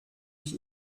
ich